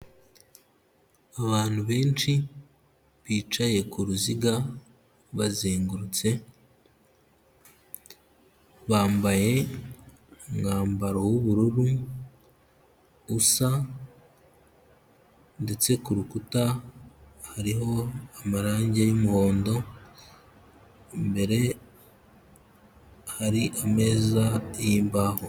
Abantu benshi bicaye ku ruziga bazengurutse, bambaye umwambaro w'ubururu usa ndetse ku rukuta hariho amarange y'umuhondo, imbere hari ameza y'imbaho.